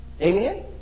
Amen